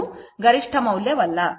ಅದು ಗರಿಷ್ಠ ಮೌಲ್ಯವಲ್ಲ